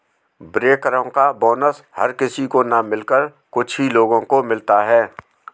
बैंकरो का बोनस हर किसी को न मिलकर कुछ ही लोगो को मिलता है